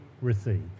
receive